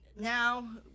Now